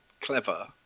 clever